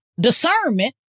discernment